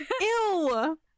Ew